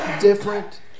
different